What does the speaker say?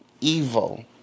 evil